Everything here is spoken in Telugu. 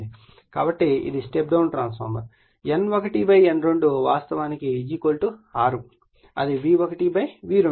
కాబట్టి ఇది step down transformer N1 N2 వాస్తవానికి 6 అది V1 V2